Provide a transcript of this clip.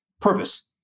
Purpose